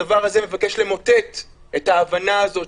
הדבר הזה מבקש למוטט את ההבנה הזאת,